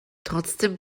trotzdem